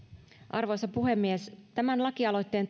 arvoisa puhemies tämän lakialoitteen